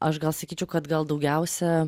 aš gal sakyčiau kad gal daugiausia